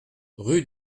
rue